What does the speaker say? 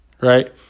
right